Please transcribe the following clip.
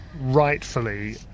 rightfully